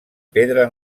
pedra